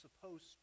supposed